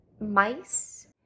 mice